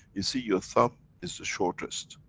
you see your thumb is the shortest.